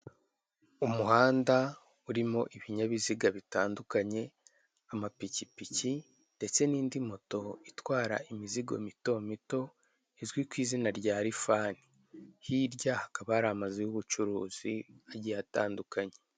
Umuhanda urimo ibinyabiziga bitandukanye, amapikipiki ndetse n'indi moto itwara imizigo mito mito, izwi ku izina rya rivani. Hirya hakaba hari amazu y'ubucuruzi agiye atandukanye.